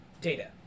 data